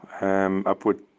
upward